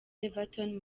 everton